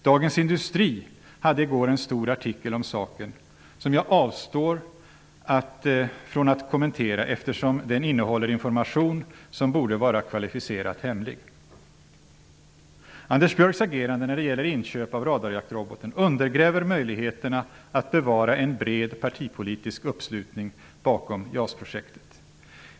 Dagens industri hade i går en stor artikel om saken. Jag avstår från att kommentera artikeln, eftersom den innehåller information som borde vara kvalificerat hemlig. Anders Björcks agerande när det gäller inköpet av radarjaktroboten undergräver möjligheterna att bevara en bred partipolitisk uppslutning bakom JAS-projektet.